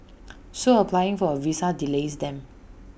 so applying for A visa delays them